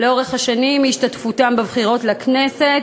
לאורך השנים, מהשתתפותם בבחירות לכנסת,